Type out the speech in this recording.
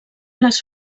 les